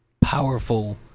powerful